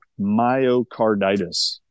myocarditis